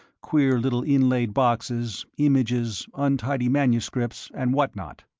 queer little inlaid boxes, images, untidy manuscripts, and what-not.